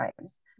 times